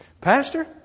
Pastor